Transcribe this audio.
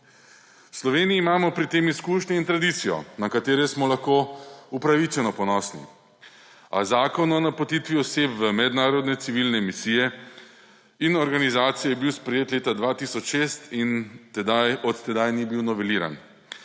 V Sloveniji imamo pri tem izkušnje in tradicijo, na katere smo lahko upravičeno ponosni, a Zakon o napotitvi oseb v mednarodne civilne misije in mednarodne organizacije je bil sprejet leta 2006 in od tedaj ni bil noveliran.